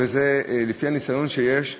לפי הניסיון שיש,